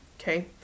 Okay